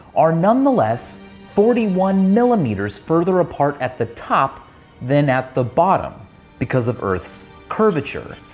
are nonetheless forty one milimetres further apart at the top than at the bottom because of earth's curvature.